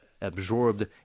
absorbed